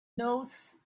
knows